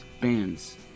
bands